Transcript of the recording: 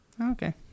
okay